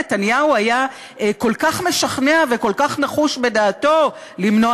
נתניהו היה כל כך משכנע וכל כך נחוש בדעתו למנוע